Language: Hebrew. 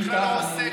הוא בכלל לא עוסק בה.